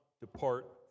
depart